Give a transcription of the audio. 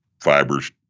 fibers